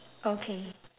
okay